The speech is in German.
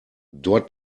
dort